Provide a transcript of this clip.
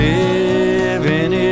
living